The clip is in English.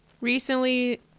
recently